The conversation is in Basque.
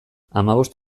hamabost